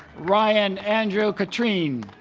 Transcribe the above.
ryan andrew catrine